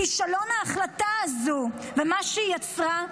כישלון ההחלטה הזו ומה שהיא יצרה,